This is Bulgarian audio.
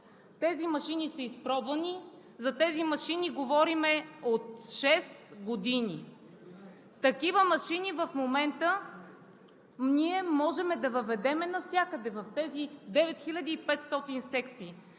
Тези машини са изпробвани, за тези машини говорим от шест години! Такива машини в момента ние можем да въведем навсякъде в тези 9500 секции.